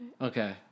Okay